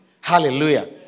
Hallelujah